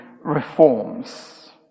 reforms